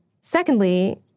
Secondly